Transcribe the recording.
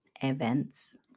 events